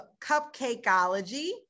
Cupcakeology